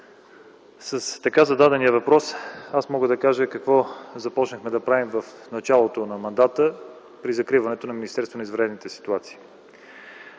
С така зададения въпрос, аз мога да кажа, какво започнахме да правим в началото на мандата при закриването на Министерството на извънредните ситуации.